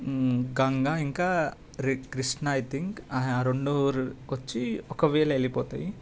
గంగా ఇంకా Krishna I think ఆ రెండు వచ్చి ఒక వేలో వెళ్ళిపోతాయి